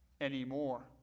anymore